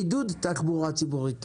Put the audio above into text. עידוד תחבורה ציבורית.